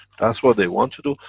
that's what they want to do.